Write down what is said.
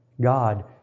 God